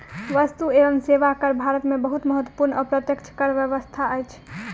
वस्तु एवं सेवा कर भारत में बहुत महत्वपूर्ण अप्रत्यक्ष कर व्यवस्था अछि